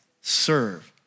serve